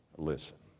listen,